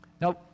Now